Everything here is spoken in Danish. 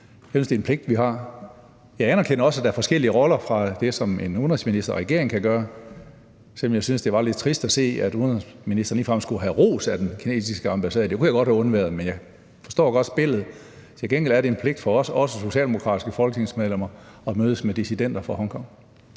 Jeg anerkender også, at der er forskellige roller, når det handler om, hvad en udenrigsminister og en regering kan gøre, selv om jeg syntes, det var lidt trist at se, at udenrigsministeren ligefrem skulle have ros af den kinesiske ambassade – det kunne jeg godt have undværet, men jeg forstår godt spillet. Til gengæld er det en pligt for os og også for de socialdemokratiske folketingsmedlemmer at mødes med dissidenter fra Hongkong.